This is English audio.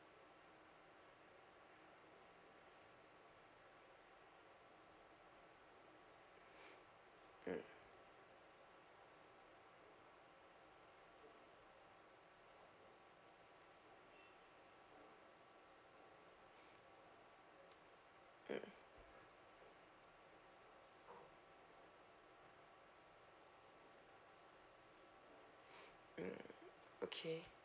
mm mm mm okay